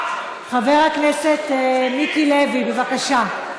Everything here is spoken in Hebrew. חבר הכנסת מיקי לוי, בבקשה.